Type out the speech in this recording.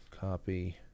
copy